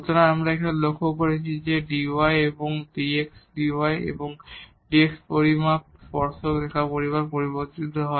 সুতরাং আমরা এখানে লক্ষ্য করেছি যে dy এবং dx dy এবং এই dx পরিমাপ টানজেন্ট রেখা বরাবর পরিবর্তিত হয়